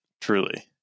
truly